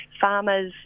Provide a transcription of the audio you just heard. farmers